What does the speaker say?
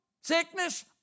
sickness